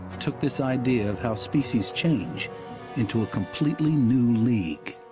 took this idea of how species change into a completely new league.